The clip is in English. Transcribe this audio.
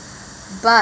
but